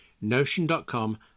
Notion.com